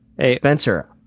Spencer